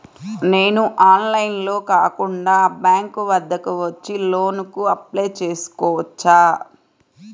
నేను ఆన్లైన్లో కాకుండా బ్యాంక్ వద్దకు వచ్చి లోన్ కు అప్లై చేసుకోవచ్చా?